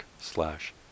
slash